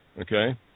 Okay